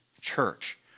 church